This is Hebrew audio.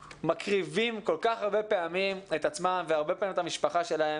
מקריבים כל כך הרבה פעמים את עצמם ואת המשפחה שלהם.